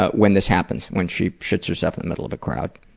but when this happens, when she shits herself in the middle of a crowd.